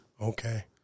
Okay